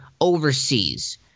overseas